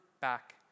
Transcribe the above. back